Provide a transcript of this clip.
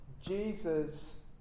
Jesus